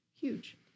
huge